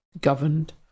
governed